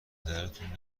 دردتون